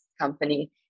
company